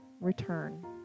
return